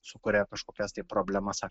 sukuria kažkokias tai problemas ar